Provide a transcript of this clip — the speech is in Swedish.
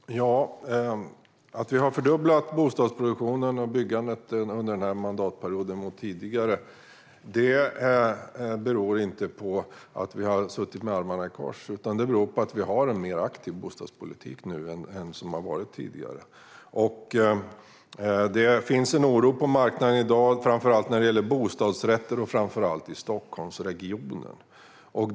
Fru talman! Att vi har fördubblat bostadsproduktionen och byggandet under den här mandatperioden jämfört med tidigare beror inte på att vi har suttit med armarna i kors, utan det beror på att vi har en mer aktiv bostadspolitik nu än den som har varit tidigare. Det finns en oro på marknaden i dag, framför allt när det gäller bostadsrätter och särskilt i Stockholmsregionen.